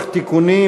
תיקונים.